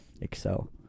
excel